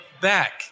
back